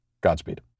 Godspeed